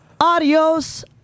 Adios